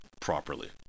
properly